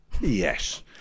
Yes